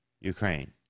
Ukraine